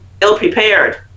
ill-prepared